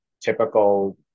typical